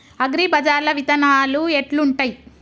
అగ్రిబజార్ల విత్తనాలు ఎట్లుంటయ్?